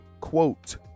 Quote